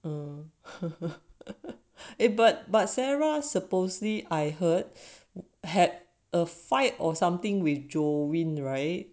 eh but but sarah supposedly I heard had a fight or something with jolene right